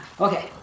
Okay